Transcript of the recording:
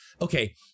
okay